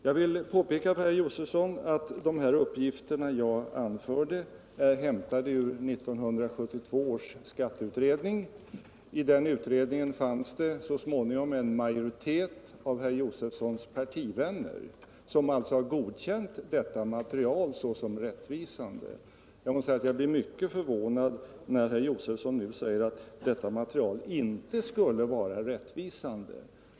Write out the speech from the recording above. Jag vill påpeka för herr Josefson att de uppgifter jag anförde är hämtade ur 1972 års skatteutredning,. I den utredningen fanns det så småningom en majoritet av herr Josefsons partivänner. De har alltså godkänt detta material som rättvisande. Jag blev mycket förvånad när herr Josefson sade att materialet inte skulle vara rättvisande.